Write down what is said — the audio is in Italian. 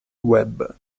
web